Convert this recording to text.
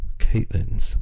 Caitlin's